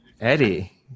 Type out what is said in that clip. Eddie